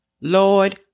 Lord